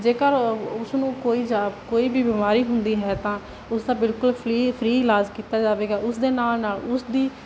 ਜੇਕਰ ਉਹ ਉਸਨੂੰ ਕੋਈ ਜਾ ਕੋਈ ਵੀ ਬਿਮਾਰੀ ਹੁੰਦੀ ਹੈ ਤਾਂ ਉਸਦਾ ਬਿਲਕੁਲ ਫਰੀ ਫਰੀ ਇਲਾਜ ਕੀਤਾ ਜਾਵੇਗਾ ਉਸ ਦੇ ਨਾਲ ਨਾਲ ਉਸਦੀ